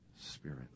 Spirit